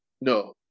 No